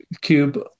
cube